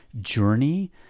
journey